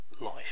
life